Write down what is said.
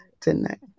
Tonight